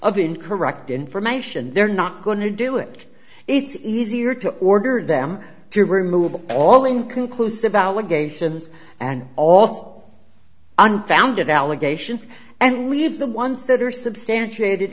of incorrect information they're not going to do it it's easier to order them to remove all inconclusive allegations and all unfounded allegations and leave the ones that are substantiate